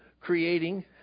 creating